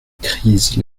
crise